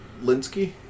Linsky